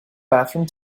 bathroom